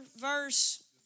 verse